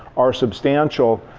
are substantial.